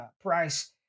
Price